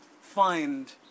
find